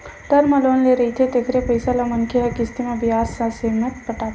term loan ले रहिथे तेखर पइसा ल मनखे ह किस्ती म बियाज ससमेत पटाथे